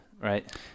Right